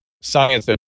science